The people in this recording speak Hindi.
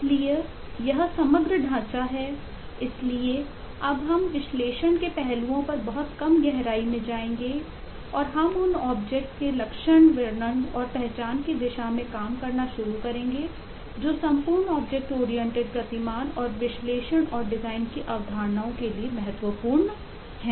इसलिए यह समग्र ढांचा है इसलिए अब हम विश्लेषण के पहलुओं पर बहुत कम गहराई मैं जाएंगे और हम उन ऑब्जेक्ट प्रतिमान और विश्लेषण और डिजाइन की अवधारणाओं के लिए महत्वपूर्ण हैं